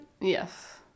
yes